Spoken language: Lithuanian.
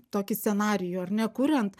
tokį scenarijų ar ne kuriant